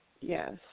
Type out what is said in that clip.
Yes